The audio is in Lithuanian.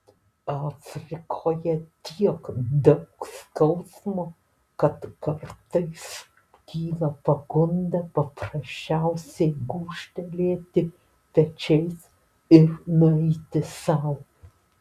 afrikoje tiek daug skausmo kad kartais kyla pagunda paprasčiausiai gūžtelėti pečiais ir nueiti sau